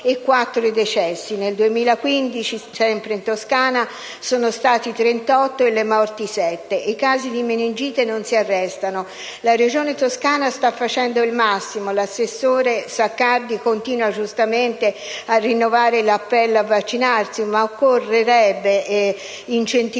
e 4 decessi. Nel 2015, sempre in Toscana, i casi sono stati 38 e le morti 7. I casi di meningite non si arrestano. La Regione Toscana sta facendo il massimo e l'assessore Saccardi continua giustamente a rinnovare l'appello a vaccinarsi, ma occorrerebbe promuovere